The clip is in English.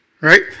Right